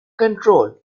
control